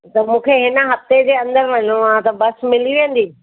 त मूंखे हिन हफ़्ते जे अंदरि वञिणो आहे त बस मिली वेंदी